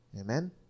Amen